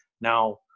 Now